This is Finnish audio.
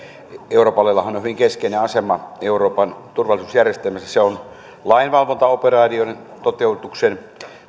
europolillahan on hyvin keskeinen asema euroopan turvallisuusjärjestelmässä se on lainvalvontaoperaatioiden toteutuksen